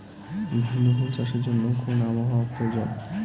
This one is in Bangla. বিভিন্ন ফুল চাষের জন্য কোন আবহাওয়ার প্রয়োজন?